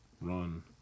run